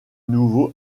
nouveau